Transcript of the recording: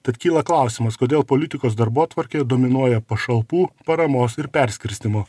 tad kyla klausimas kodėl politikos darbotvarkėje dominuoja pašalpų paramos ir perskirstymo